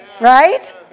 right